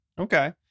Okay